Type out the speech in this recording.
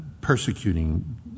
persecuting